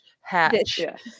Hatch